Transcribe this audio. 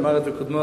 אמר את זה קודמו,